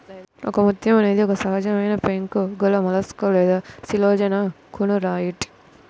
ఒకముత్యం అనేది ఒక సజీవమైనపెంకు గలమొలస్క్ లేదా శిలాజకోనులారియిడ్